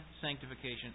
sanctification